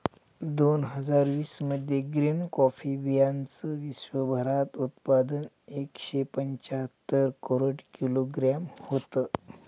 दोन हजार वीस मध्ये ग्रीन कॉफी बीयांचं विश्वभरात उत्पादन एकशे पंच्याहत्तर करोड किलोग्रॅम होतं